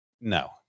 no